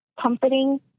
comforting